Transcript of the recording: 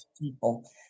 people